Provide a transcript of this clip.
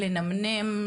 לנמנם,